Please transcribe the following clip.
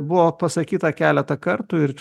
buvo pasakyta keletą kartų ir